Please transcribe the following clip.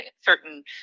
certain